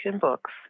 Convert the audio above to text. books